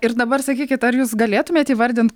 ir dabar sakykit ar jūs galėtumėt įvardint